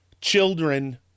Children